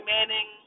Manning